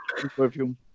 perfume